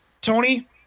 Tony